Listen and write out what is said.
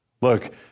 Look